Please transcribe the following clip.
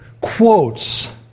quotes